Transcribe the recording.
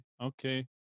okay